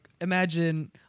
imagine